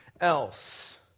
else